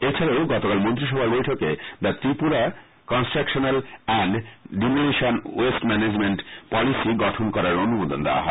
এছাডাও গতকাল মন্ত্রিসভার বৈঠকে the Tripura construction and demolition waste management policy গঠন করার অনুমোদন দেওয়া হয়